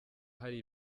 hari